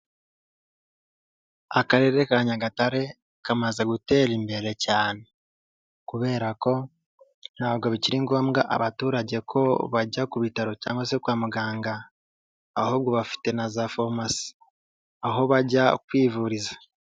Akarere ka Nyagatare kamaze gutera imbere cyane kubera ko ntabwo bikiri ngombwa abaturage ko bajya ku bitaro cyangwa se kwa muganga ahubwo bafite na za farumasi aho bajya kwivuriza.